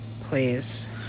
Please